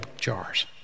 jars